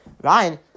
Ryan